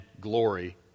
glory